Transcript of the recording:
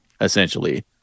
essentially